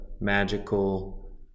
magical